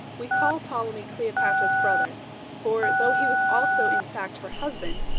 we call ptolemy cleopatra's brother for, though he was also, in fact, her husband,